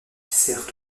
sert